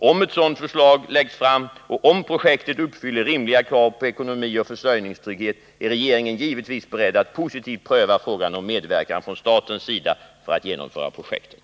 Om ett sådant förslag läggs fram och om projektet uppfyller rimliga krav på ekonomi och försörjningstrygghet är regeringen givetvis beredd att positivt pröva frågan om medverkan från statens sida för att genomföra projektet.